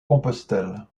compostelle